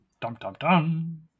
Dum-dum-dum